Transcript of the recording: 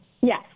Yes